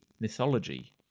mythology